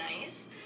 nice